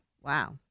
Wow